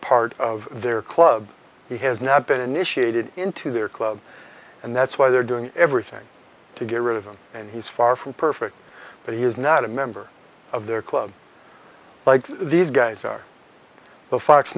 part of their club he has now been initiated into their club and that's why they're doing everything to get rid of him and he's far from perfect but he is not a member of their club like these guys are the fox